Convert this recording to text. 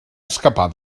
escapar